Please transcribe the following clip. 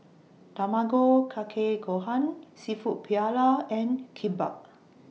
Tamago Kake Gohan Seafood Paella and Kimbap